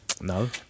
No